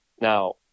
Now